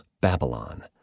Babylon